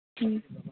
ᱦᱮᱸ